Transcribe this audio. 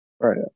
Right